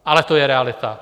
Ale to je realita.